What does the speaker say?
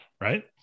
Right